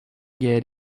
get